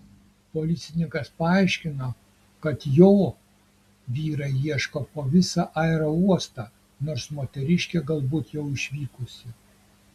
policininkas paaiškino kad jo vyrai ieško po visą aerouostą nors moteriškė galbūt jau išvykusi